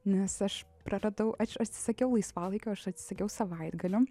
nes aš praradau aš atsisakiau laisvalaikio aš atsisakiau savaitgalių